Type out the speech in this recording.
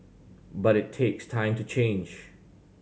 but it takes time to change